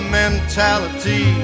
mentality